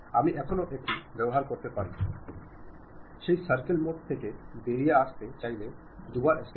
അതിനടുത്തായി റിസീവറിന് വളരെയധികം താൽപ്പര്യമുള്ളതോ റിസീവറിന് പരിചിതമായതോ ആയ ഒരു ചാനൽ തീരുമാനിക്കുക